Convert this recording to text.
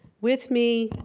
with me,